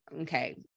Okay